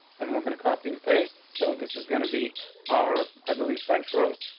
and we're gonna copy and paste. so this is gonna be our i believe french rose.